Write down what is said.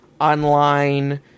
online